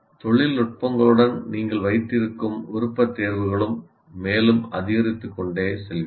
தொழில்நுட்பங்களுடன் நீங்கள் வைத்திருக்கும் விருப்பத்தேர்வுகளும் மேலும் அதிகரித்துக்கொண்டே செல்கிறது